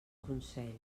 consells